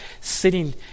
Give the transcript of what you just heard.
sitting